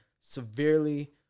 Severely